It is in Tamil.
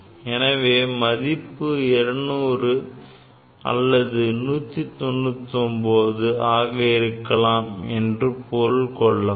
எனவே மதிப்பு 200 அல்லது 199 ஆக இருக்கலாம் என பொருள் கொள்ளப்படும்